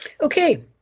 Okay